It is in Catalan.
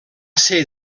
ser